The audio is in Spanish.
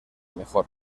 mejor